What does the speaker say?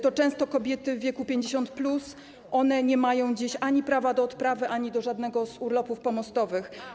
To często kobiety w wieku 50+, które nie mają dziś prawa ani do odprawy, ani do żadnego z urlopów pomostowych.